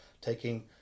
Taking